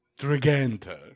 Draganta